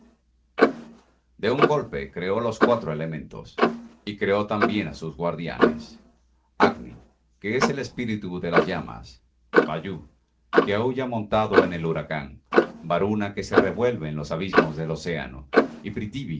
de un golpe creó los cuatro elementos y creó también á sus guardianes agnis que es el espíritu de las llamas vajous que aúlla montado en el huracán varunas que se revuelve en los abismos del océano y